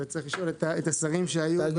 צריך לשאול את השרים שהיו אז.